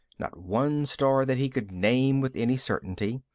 not one star that he could name with any certainty.